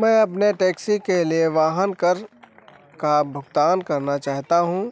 मैं अपने टैक्सी के लिए वाहन कर का भुगतान करना चाहता हूँ